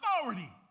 authority